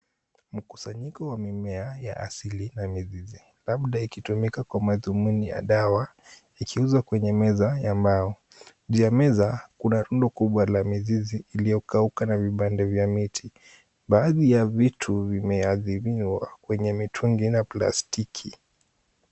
Mikusanyiko ya mimea ya asili na mizizi labda ikitumika kwa madhumuni ya dawa ikiuzwa kwenye meza ya mbao. Juu ya meza kuna rundo kubwa la mizizi iliyokauka na vipande vya miti. Baadhi ya vitu vimeadhiniwa kwenye mitungi ya plastiki.